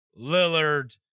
Lillard